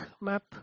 map